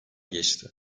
geçti